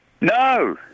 No